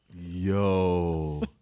Yo